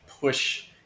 push